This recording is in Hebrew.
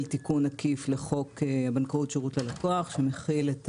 תיקון עקיף לחוק בנקאות שירות ללקוח שמכיל את